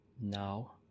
Now